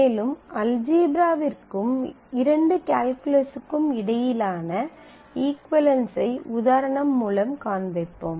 மேலும் அல்ஜீப்ராவிற்கும் இரண்டு கால்குலஸுக்கும் இடையிலான இகுவளென்ஸ் ஐ உதாரணம் மூலம் காண்பிப்போம்